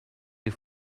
you